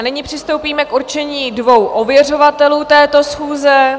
Nyní přistoupíme k určení dvou ověřovatelů této schůze.